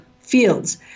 fields